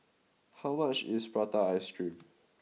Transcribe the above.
how much is Prata Ice Cream